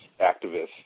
activists